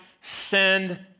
send